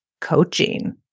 coaching